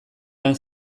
lan